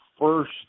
first